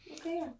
Okay